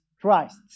Christ